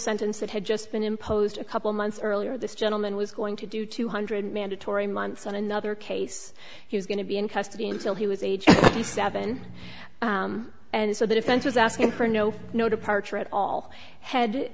sentence that had just been imposed a couple months earlier this gentleman was going to do two hundred mandatory months on another case he was going to be in custody until he was age eighty seven and so the defense was asking for no no departure at all had